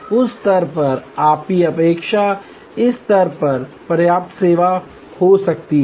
उस स्तर पर आपकी अपेक्षा इस स्तर पर पर्याप्त सेवा हो सकती है